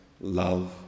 love